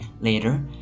Later